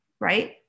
right